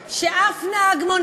האחרים.